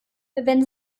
wenn